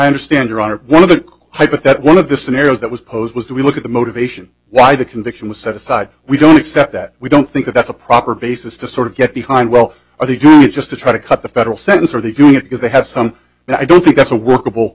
understand your honor one of the high but that one of the scenarios that was posed was do we look at the motivation why the conviction was set aside we don't accept that we don't think that that's a proper basis to sort of get behind well i think just to try to cut the federal sentence or are they doing it because they have some i don't think that's a workable